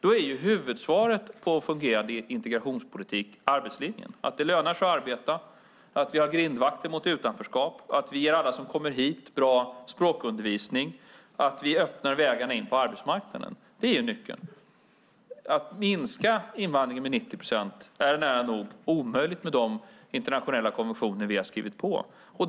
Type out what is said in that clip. Då är huvudsvaret i fråga om en fungerande integrationspolitik arbetslinjen - att det lönar sig att arbeta, av vi har grindvakter mot utanförskap, att vi ger alla som kommer hit bra språkundervisning och att vi öppnar vägarna in på arbetsmarknaden. Det är nyckeln. Att minska invandringen med 90 procent är nära nog omöjligt, med de internationella konventioner som vi har skrivit på.